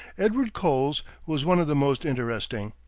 edward coles was one of the most interesting.